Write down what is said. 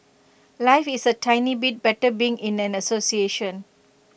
life is A tiny bit better being in an association